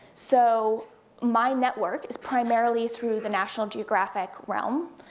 so my network is primarily through the national geographic realm,